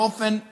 באופן משמעותי,